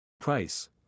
Price